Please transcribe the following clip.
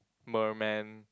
merman